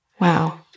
Wow